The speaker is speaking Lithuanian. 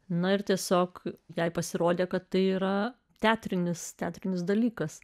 na ir tiesiog jai pasirodė kad tai yra teatrinis teatrinis dalykas